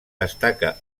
destaca